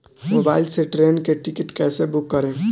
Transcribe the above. Mobile से train के ticket कैसे बूक करेम?